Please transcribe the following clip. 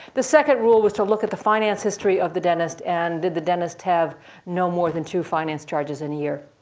the second rule was to look at the finance history of the dentist and did the dentist have no more than two finance charges in a year.